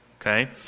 Okay